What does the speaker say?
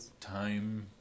time